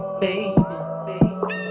baby